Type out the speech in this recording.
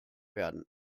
werden